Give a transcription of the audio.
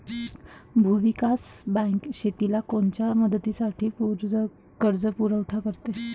भूविकास बँक शेतीला कोनच्या मुदतीचा कर्जपुरवठा करते?